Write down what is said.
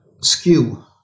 skew